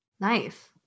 Nice